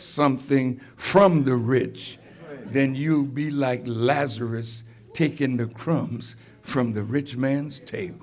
something from the rich then you'll be like lazarus taken the crumbs from the rich man's ta